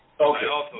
Okay